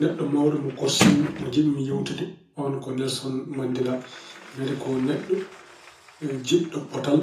Neɗɗo mawɗo mo korsinmi, mo njiɗmi yeewtude, oon ko Nelson Mandela. Ngati ko neɗɗo jiɗɗo potal,